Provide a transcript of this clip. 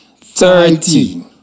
thirty